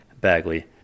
Bagley